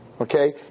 okay